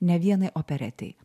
ne vienai operetei